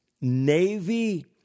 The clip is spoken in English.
Navy